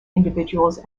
individuals